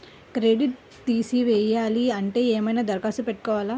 Credit తీసుకోవాలి అంటే ఏమైనా దరఖాస్తు పెట్టుకోవాలా?